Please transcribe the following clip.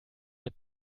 mit